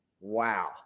wow